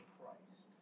Christ